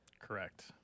Correct